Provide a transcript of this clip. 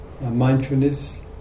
mindfulness